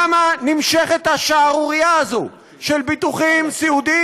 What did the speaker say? למה נמשכת השערורייה הזו של ביטוחים סיעודיים